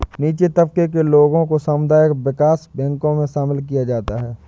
नीचे तबके के लोगों को सामुदायिक विकास बैंकों मे शामिल किया जाता है